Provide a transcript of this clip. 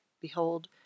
behold